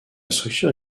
structure